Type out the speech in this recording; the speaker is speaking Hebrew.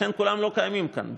ולכן כולם לא קיימים כאן.